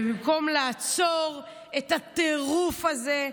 ובמקום לעצור את הטירוף הזה,